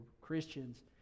Christians